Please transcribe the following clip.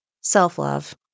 self-love